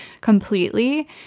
completely